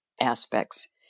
aspects